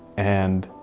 and